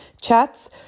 chats